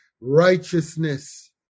righteousness